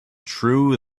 true